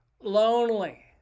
lonely